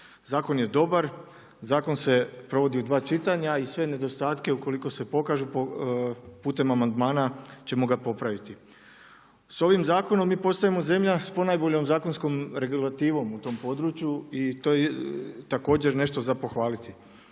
zakon je dobar, zakon se provodi u dva čitanja i sve nedostatke ukoliko se pokažu putem amandmana ćemo ga popraviti. S ovim zakonom mi postajemo zemlja s ponajboljom zakonskom regulativom u tom području i to je također nešto za pohvaliti.